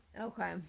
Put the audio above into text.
Okay